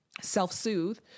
self-soothe